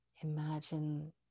Imagine